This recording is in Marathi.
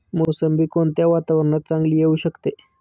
मोसंबी कोणत्या वातावरणात चांगली येऊ शकते?